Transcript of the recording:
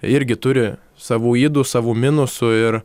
irgi turi savų ydų savo minusų ir